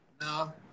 No